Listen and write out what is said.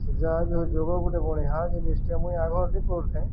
ସେ ଯାହା ବିୋଉ ଯୋଗଉ ଗୋଟେ ବଣଣି ହ ଜିନିଷ୍ଟ ମୁଇଁଗହ ଅିକ କରୁଥାଏ